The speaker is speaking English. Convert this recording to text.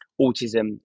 autism